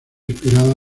inspirada